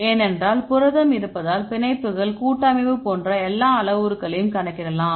ஏனென்றால் புரதம் இருப்பதால் பிணைப்புகள் கூட்டமைவு போன்ற எல்லா அளவுருக்களையும் கணக்கிடலாம்